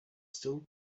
still